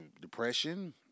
depression